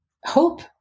hope